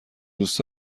دوست